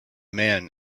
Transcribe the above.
man